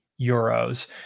Euros